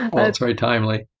well, it's very timely.